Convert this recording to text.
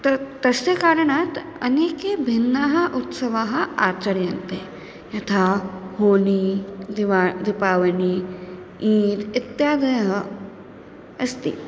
त तस्य कारणात् अनेके भिन्नाः उत्सवाः आचर्यन्ते यथा होली दिवा दीपावली ईद् इत्यादयः अस्ति